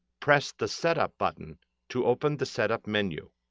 press the setup button to open the setup menu.